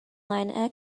line